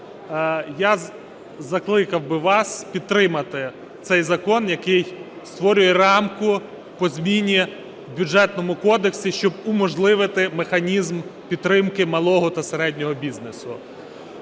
я закликав би вас підтримати цей закон, який створює рамку по зміні в Бюджетному кодексі, щоб уможливити механізм підтримки малого та середнього бізнесу.